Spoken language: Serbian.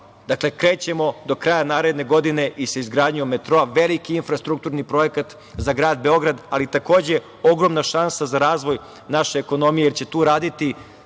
Dakle, krećemo do kraja naredne godine i sa izgradnjom metroa, što je veliki infrastrukturni projekat za grad Beograd, ali takođe i ogromna šansa za razvoj naše ekonomije, jer će tu raditi